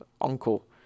uncle